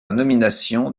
nomination